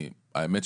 האמת,